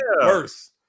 worse